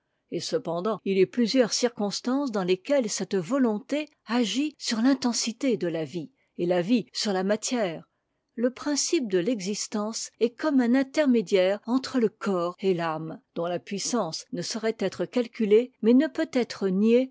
et cependant il est plusieurs circonstances dans lesquelles cette volonté agit sur t'intensité de la vie et la vie sur la matière le principe de l'existence est comme un intermédiaire entre le corps et l'âme dont la puissance ne saurait être calculée mais ne peut être niée